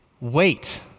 wait